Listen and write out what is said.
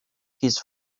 his